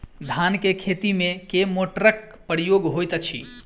धान केँ खेती मे केँ मोटरक प्रयोग होइत अछि?